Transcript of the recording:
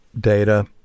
Data